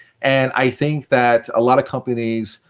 and i think that a lot of companies,